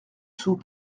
sous